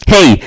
Hey